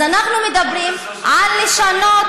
אז אנחנו מדברים על לשנות